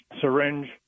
syringe